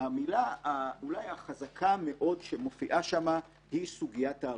המילה החזקה מאוד שמופיעה שם היא סוגית ההרתעה.